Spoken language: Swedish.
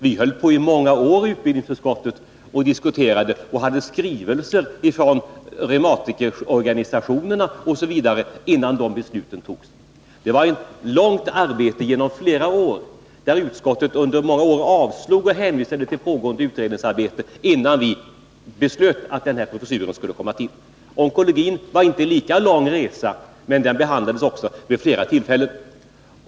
Vi höll på och diskuterade i många år i utbildningsutskottet, och vi fick skrivelser från reumatikerorganisationerna osv., innan beslutet fattades. Det var ett långvarigt arbete, där utskottet under många år avslog förslagen och hänvisade till pågående utredningsarbete innan vi beslöt att den här professuren skulle komma till stånd. När det gällde onkologin var det så att säga inte en lika lång resa, men den frågan behandlades också vid flera tillfällen.